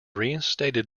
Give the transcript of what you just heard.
reinstated